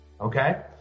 okay